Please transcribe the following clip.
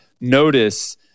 notice